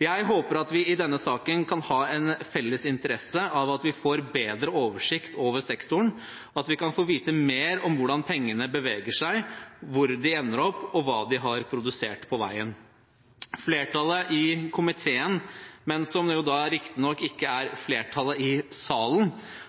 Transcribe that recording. Jeg håper at vi i denne saken kan ha en felles interesse av å få bedre oversikt over sektoren, at vi kan få vite mer om hvordan pengene beveger seg, hvor de ender opp, og hva de har produsert på veien. Flertallet i komiteen, som riktignok ikke er flertallet i salen,